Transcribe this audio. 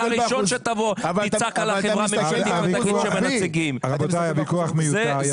הוויכוח מיותר.